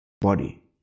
body